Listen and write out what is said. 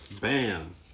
Bam